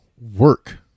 work